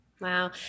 Wow